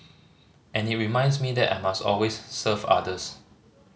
and it reminds me that I must always serve others